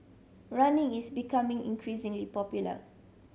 running is becoming increasingly popular